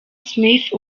smith